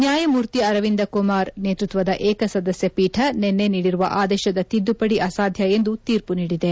ನ್ಯಾಯಮೂರ್ತಿ ಅರವಿಂದ ಕುಮಾರ್ ನೇತೃತ್ವದ ಏಕಸದಸ್ಯ ಪೀಠ ನಿನ್ನೆ ನೀಡಿರುವ ಆದೇಶದ ತಿದ್ದುಪದಿ ಅಸಾಧ್ಯ ಎಂದು ತೀರ್ಪು ನೀಡಿದೆ